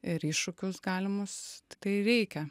ir iššūkius galimus tai reikia